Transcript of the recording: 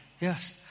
yes